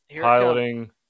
piloting